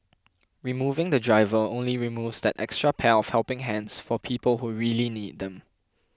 removing the driver only removes that extra pair of helping hands for people who really need them